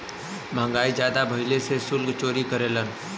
महंगाई जादा भइले से सुल्क चोरी करेलन